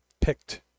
picked